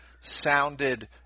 sounded